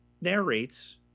narrates